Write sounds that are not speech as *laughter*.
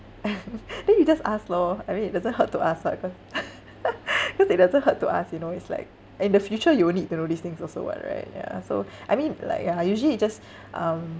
*laughs* then you just ask lor I mean it doesn't hurt to ask [what] cause *laughs* cause it doesn't hurt to ask you know it's like in the future you will need to know these things also [what] right ya so I mean like ya usually it just um